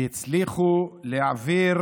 שהצליחו להעביר